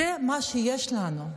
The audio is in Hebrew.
זה מה שיש לנו,